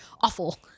awful